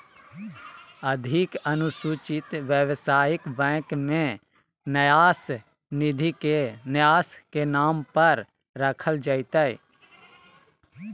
अधिक अनुसूचित व्यवसायिक बैंक में न्यास निधि के न्यास के नाम पर रखल जयतय